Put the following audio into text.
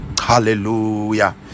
hallelujah